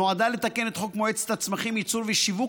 נועדה לתקן את חוק מועצת הצמחים (ייצור ושיווק),